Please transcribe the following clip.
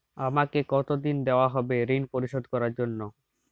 আমাকে কতদিন দেওয়া হবে ৠণ পরিশোধ করার জন্য?